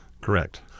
Correct